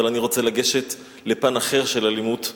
אבל אני רוצה לגשת לפן אחר של אלימות,